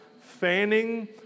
fanning